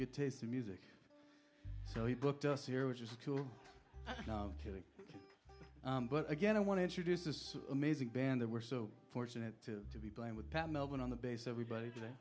good taste in music so he booked us here which is cool but again i want to introduce this amazing band that we're so fortunate to be playing with pat melvin on the bass everybody today